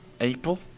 April